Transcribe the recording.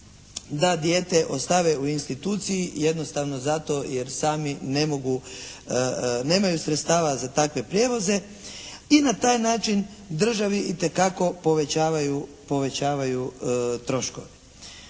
da dijete ostave u instituciji jednostavno zato jer sami ne mogu, nemaju sredstava za takve prijevoze i na taj način državi itekako povećavaju troškove,